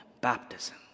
baptism